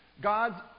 God's